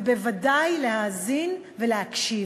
ובוודאי להאזין ולהקשיב.